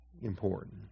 important